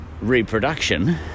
reproduction